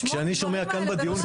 לשמוע את הדברים האלה ולא להאמין.